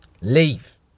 Leave